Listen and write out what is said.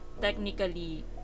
technically